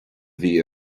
bhí